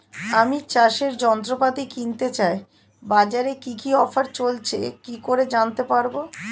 আমি চাষের যন্ত্রপাতি কিনতে চাই বাজারে কি কি অফার চলছে কি করে জানতে পারবো?